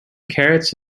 carrots